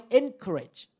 encourage